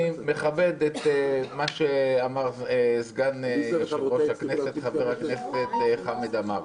אני מכבד את מה שאמר סגן יושב-ראש הכנסת חבר הכנסת חמד עמאר.